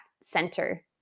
center